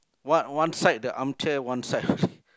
one one side the armchair one side